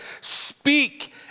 speak